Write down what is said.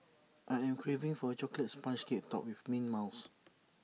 I am craving for A Chocolate Sponge Cake Topped with mint mouse